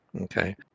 Okay